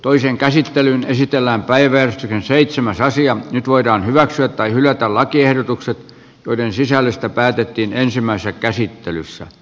toisen käsittelyn esitellään päivän seitsemästä nyt voidaan hyväksyä tai hylätä lakiehdotukset joiden sisällöstä päätettiin ensimmäisessä käsittelyssä